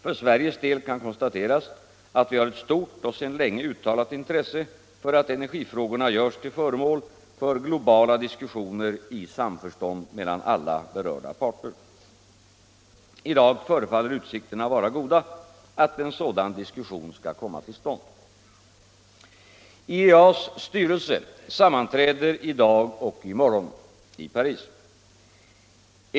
För Sveriges del kan konstateras att vi har ett stort och sedan länge uttalat intresse av att energifrågorna görs till föremål för globala diskussioner i samförstånd mellan alla berörda parter. I dag förefaller utsikterna vara goda att en sådan diskussion skall komma till stånd. IEA:s styrelse sammanträder i Paris i dag och i morgon.